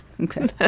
Okay